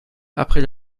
après